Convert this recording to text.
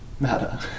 matter